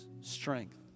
strength